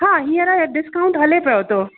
हा हींअर डिस्काउंट हले पियो थो